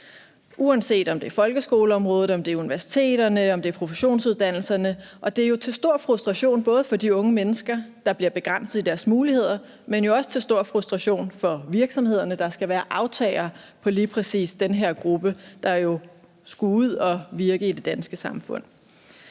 uanset om det er folkeskoleområdet, om det er universiteterne, eller om det er professionsuddannelserne, og det er jo til stor frustration både for de unge mennesker, der bliver begrænset i deres muligheder, men jo også til stor frustration for virksomhederne, der skal være aftagere af lige præcis den her gruppe, der jo skulle ud at virke i det danske samfund.